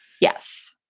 Yes